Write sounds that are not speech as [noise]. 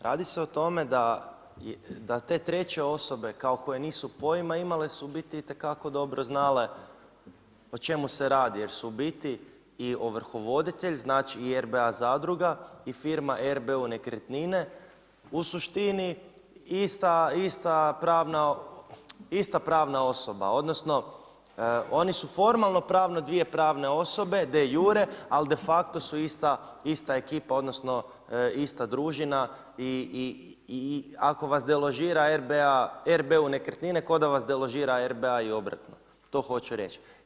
Radi se o tome da te treće osobe kao koje nisu pojma imale su u biti itekako dobro znale o čemu se radi, jer su ubiti ovrhovoditelj, znači i RBA zadruga i firma RBU Nekretnine u suštini ista pravna osoba, odnosno oni su formalno pravne, dvije pravne osobe… [unintelligible] ali de facto su ista ekipa odnosno ista družina i ako vas deložira RBU Nekretnine, kao da vas deložira RBA i obratno, to hoću reći.